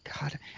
God